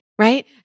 Right